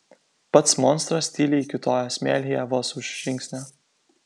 pats monstras tyliai kiūtojo smėlyje vos už žingsnio